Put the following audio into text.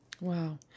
Wow